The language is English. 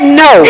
no